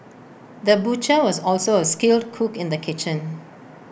the butcher was also A skilled cook in the kitchen